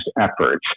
efforts